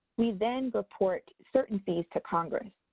we then report certain fees to congress.